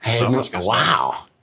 Wow